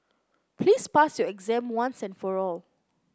please pass your exam once and for all